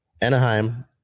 Anaheim